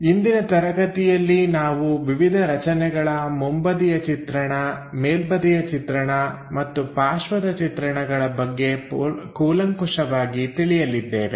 ಇಂದಿನ ತರಗತಿಯಲ್ಲಿ ನಾವು ವಿವಿಧ ರಚನೆಗಳ ಮುಂಬದಿಯ ಚಿತ್ರಣ ಮೇಲ್ಬದಿಯ ಚಿತ್ರಣ ಮತ್ತು ಪಾರ್ಶ್ವದ ಚಿತ್ರಣಗಳ ಬಗ್ಗೆ ಕೂಲಂಕುಶವಾಗಿ ತಿಳಿಯಲಿದ್ದೇವೆ